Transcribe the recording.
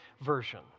version